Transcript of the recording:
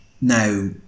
now